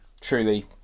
Truly